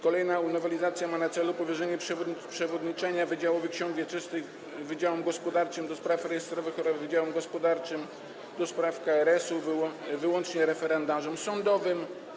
Kolejna nowelizacja ma na celu powierzenie przewodniczenia wydziałowi ksiąg wieczystych, wydziałom gospodarczym do spraw rejestrowych oraz wydziałom gospodarczym do spraw KRS-u wyłącznie referendarzom sądowym.